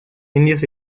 indios